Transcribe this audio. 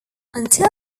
until